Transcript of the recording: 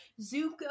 Zuko